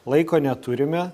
laiko neturime